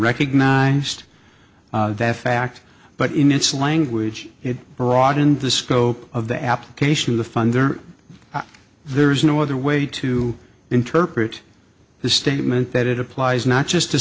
recognized that fact but in its language it broadened the scope of the application of the funder there is no other way to interpret the statement that it applies not just t